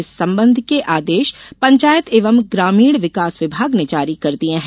इस संबंध के आदेश पंचायत एवं ग्रामीण विकास विभाग ने जारी कर दिये है